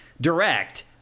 direct